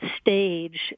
stage